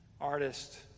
artist